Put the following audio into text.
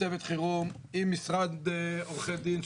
צוות חירום עם משרד עורכי דין,